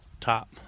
top